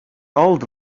old